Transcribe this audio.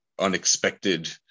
unexpected